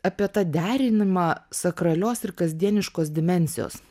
apie tą derinimą sakralios ir kasdieniškos dimensijos